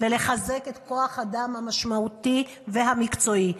ולחזק את כוח האדם המשמעותי המקצועי.